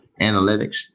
analytics